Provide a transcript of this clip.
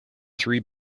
three